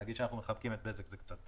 להגיד שאנחנו מחבקים את בזק, זה קצת